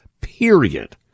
period